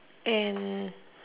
and